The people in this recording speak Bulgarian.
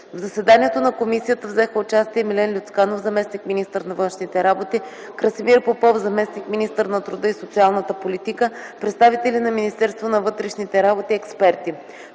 В заседанието на Комисията взеха участие Милен Люцканов – заместник-министър на външните работи, Красимир Попов – заместник-министър на труда и социалната политика, представители на Министерство на вътрешните работи, експерти.